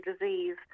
disease